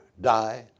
die